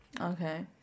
Okay